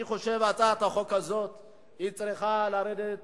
אני חושב שהצעת החוק הזאת צריכה לרדת